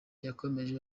yakomeje